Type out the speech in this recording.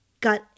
got